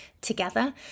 together